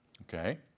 Okay